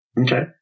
Okay